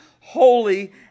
holy